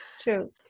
true